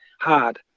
hard